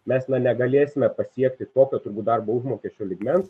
mes na negalėsime pasiekti tokio turbūt darbo užmokesčio lygmens